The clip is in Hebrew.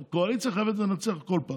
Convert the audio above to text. קואליציה חייבת לנצח בכל פעם.